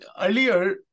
earlier